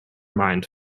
mind